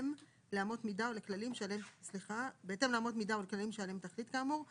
ובהתאם לאמות מידה ולכללים שעליהם תחליט כאמור,